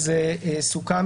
סוכם